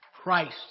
Christ